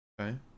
Okay